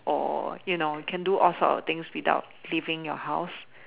or you know can do all sort of things without leaving your house